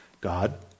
God